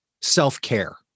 self-care